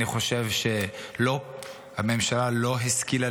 אני חושב שהממשלה לא השכילה